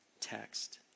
text